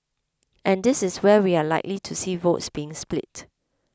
and this is where we are likely to see votes being split